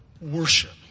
worship